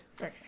Okay